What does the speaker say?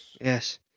yes